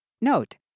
Note